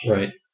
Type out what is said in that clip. Right